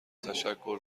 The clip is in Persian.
تشکر